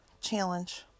challenge